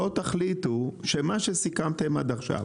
בואו תחליטו שמה שסיכמתם עד עכשיו,